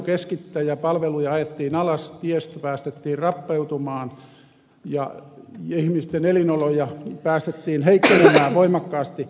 palveluja ajettiin alas tiestö päästettiin rappeutumaan ja ihmisten elinoloja päästettiin heikkenemään voimakkaasti